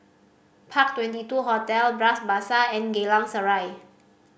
Park Twenty two Hotel Bras Basah and Geylang Serai